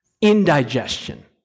indigestion